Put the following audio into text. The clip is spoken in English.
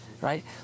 right